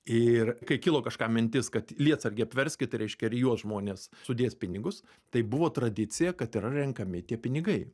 ir kai kilo kažkam mintis kad lietsargį apverskit reiškia ir į juos žmonės sudės pinigus tai buvo tradicija kad yra renkami tie pinigai